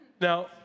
Now